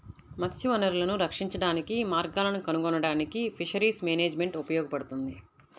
మత్స్య వనరులను రక్షించడానికి మార్గాలను కనుగొనడానికి ఫిషరీస్ మేనేజ్మెంట్ ఉపయోగపడుతుంది